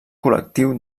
col·lectiu